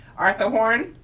arthur horn.